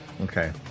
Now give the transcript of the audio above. Okay